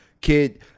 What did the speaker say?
kid